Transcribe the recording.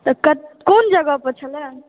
तऽ कोन जगह पर छल